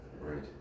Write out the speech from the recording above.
right